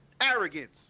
Arrogance